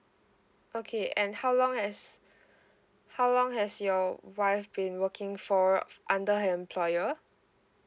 okay and how long has how long has your wife been working for f~ under her employer